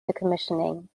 decommissioning